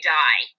die